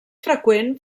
freqüent